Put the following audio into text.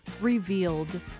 revealed